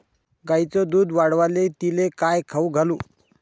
गायीचं दुध वाढवायले तिले काय खाऊ घालू?